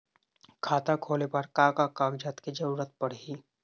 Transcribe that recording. खाता खोले बर का का कागजात के जरूरत पड़ही?